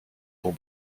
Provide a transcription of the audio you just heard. pour